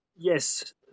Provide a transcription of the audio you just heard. Yes